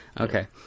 Okay